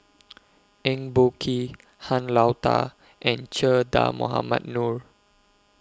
Eng Boh Kee Han Lao DA and Che Dah Mohamed Noor